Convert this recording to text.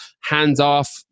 hands-off